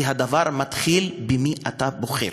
כי הדבר מתחיל במי שאתה בוחר,